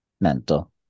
mental